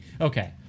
Okay